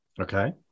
Okay